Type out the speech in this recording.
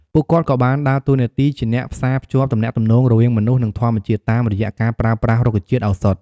ពួកគាត់ក៏បានដើរតួនាទីជាអ្នកផ្សារភ្ជាប់ទំនាក់ទំនងរវាងមនុស្សនិងធម្មជាតិ តាមរយៈការប្រើប្រាស់រុក្ខជាតិឱសថ។